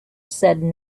said